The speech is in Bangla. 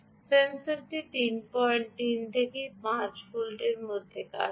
সেন্সরটি 33 থেকে 5 ভোল্টের মধ্যে কাজ করে